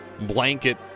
blanket